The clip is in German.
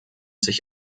sich